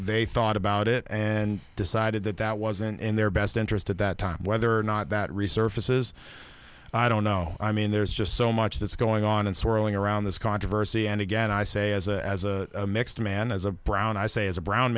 they thought about it and decided that that wasn't in their best interest at that time whether or not that resurfaces i don't know i mean there's just so much that's going on and swirling around this controversy and again i say as a as a mixed man as a brown i say as a brown